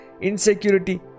insecurity